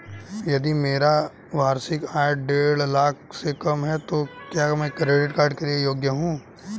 यदि मेरी वार्षिक आय देढ़ लाख से कम है तो क्या मैं क्रेडिट कार्ड के लिए योग्य हूँ?